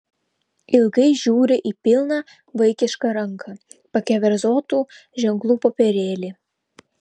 ilgai žiūri į pilną vaikiška ranka pakeverzotų ženklų popierėlį